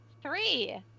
three